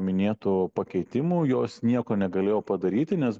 minėtų pakeitimų jos nieko negalėjo padaryti nes